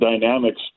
dynamics